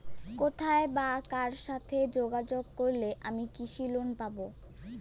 কোথায় বা কার সাথে যোগাযোগ করলে আমি কৃষি লোন পাব?